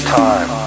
time